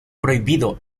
prohibido